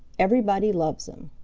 everybody loves him.